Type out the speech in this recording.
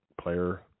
player